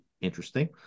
interesting